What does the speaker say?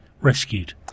rescued